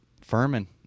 Furman